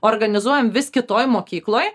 organizuojam vis kitoj mokykloj